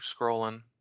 scrolling